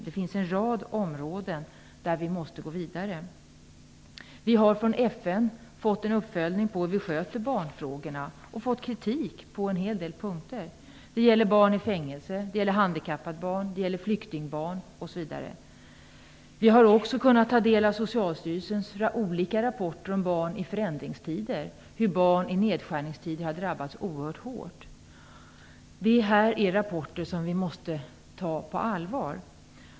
Det finns en rad områden där vi måste gå vidare. Från FN har vi fått en uppföljning av hur vi sköter barnfrågorna. Vi har fått kritik på en hel del punkter. Det gäller då barn i fängelse, handikappade barn, flyktingbarn osv. Vi har också kunnat ta del av Socialstyrelsens olika rapporter om barn i förändringstider, om hur barn i nedskärningstider drabbats oerhört hårt. Dessa rapporter måste vi ta på allvar.